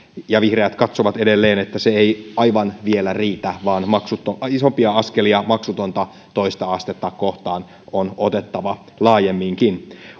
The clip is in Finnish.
ja vihreät katsovat edelleen että se ei aivan vielä riitä vaan isompia askelia maksutonta toista astetta kohtaan on otettava laajemminkin